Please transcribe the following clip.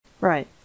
Right